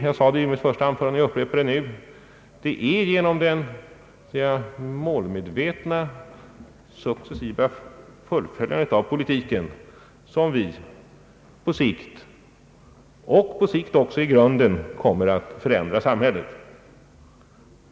Jag sade i mitt första anförande och upprepar nu, att det är genom det målmedvetna successiva fullföljandet av vår politik som vi på sikt, och på sikt också i grunden, kommer att förändra samhället.